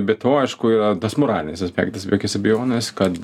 be to aišku tas moralinis aspektas be jokios abejonės kad